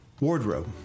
wardrobe